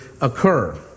occur